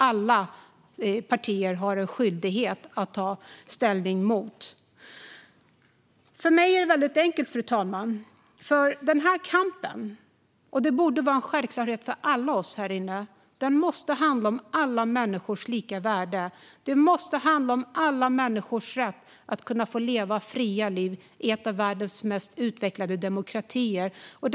Alla partier har en skyldighet att ta ställning mot det. Fru talman! För mig är det väldigt enkelt, och det borde var en självklarhet för alla i den här kammaren. Den här kampen måste handla om alla människors lika värde. Den måste handla om alla människors rätt att leva fria liv i en av världens mest utvecklade demokratier.